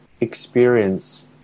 experience